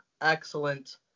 excellent